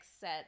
set